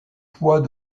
poids